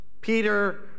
Peter